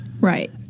Right